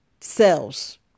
cells